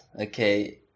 Okay